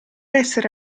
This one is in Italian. essere